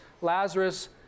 Lazarus